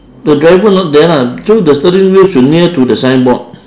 the diver not there lah so the steering wheel should near to the signboard